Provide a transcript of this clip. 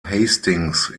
hastings